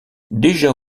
déjà